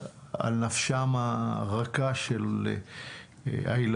על נפשם הרכה של הילדים.